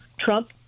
Trump